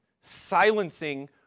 silencing